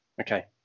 Okay